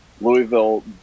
louisville